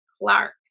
Clark